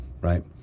right